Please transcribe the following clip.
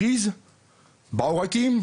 קריז בעורקים,